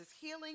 healing